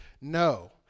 No